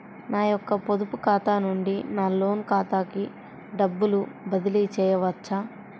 నా యొక్క పొదుపు ఖాతా నుండి నా లోన్ ఖాతాకి డబ్బులు బదిలీ చేయవచ్చా?